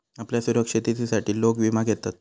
आपल्या सुरक्षिततेसाठी लोक विमा घेतत